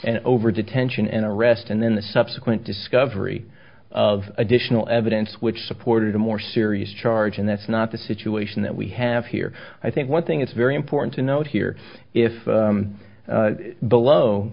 and over detention an arrest and then the subsequent discovery of additional evidence which supported a more serious charge and that's not the situation that we have here i think one thing it's very important to note